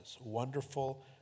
Wonderful